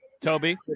Toby